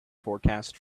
forecast